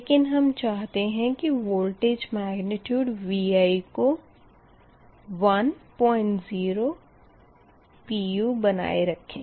लेकिन हम चाहते है कि वोल्टेज मग्निट्यूड Vi को 10 pu बनाए रखें